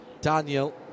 Daniel